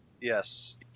Yes